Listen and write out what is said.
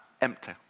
empty